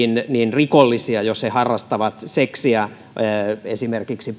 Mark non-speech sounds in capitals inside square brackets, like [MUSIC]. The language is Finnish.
rikollisia jos he harrastavat seksiä esimerkiksi [UNINTELLIGIBLE]